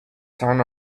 sound